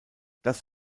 das